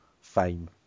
fame